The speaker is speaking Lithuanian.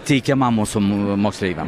teikiamą mūsų mo moksleiviam